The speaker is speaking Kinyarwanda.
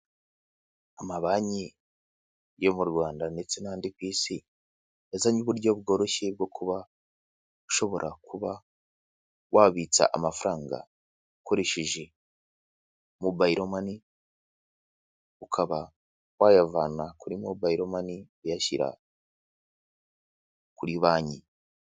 Amabanki yo mu Rwanda ndetse n'andi ku isi yazanye uburyo bworoshye bwo kuba ushobora kuba wabitsa amafaranga ukoresheje mobayiro mani, ukaba wayavana kuri mobayiro mani uyashyira kuri banki.